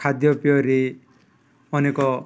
ଖାଦ୍ୟ ପେୟରେ ଅନେକ